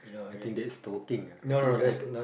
I think that is talking ah I think ya I think